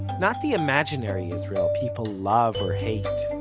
not the imaginary israel people love, or hate.